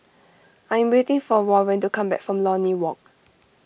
I am waiting for Warren to come back from Lornie Walk